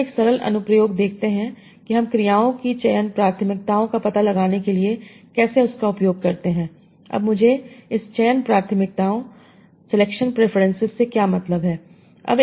अब हम एक सरल अनु प्रयोग देखते हैं कि हम क्रियाओं की चयन प्राथमिकताओं का पता लगाने के लिए कैसे उसका उपयोग करते हैं अब मुझे इस चयन प्राथमिकताओं से क्या मतलब है